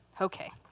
okay